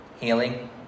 healing